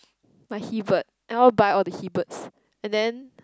my he bird I want to buy all the he birds and then